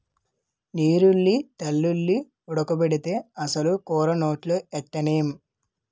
నీరుల్లి తెల్లుల్లి ఓడకపోతే అసలు కూర నోట్లో ఎట్టనేం